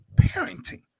parenting